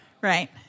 Right